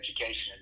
education